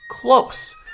close